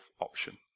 option